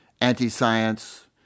anti-science